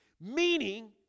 Meaning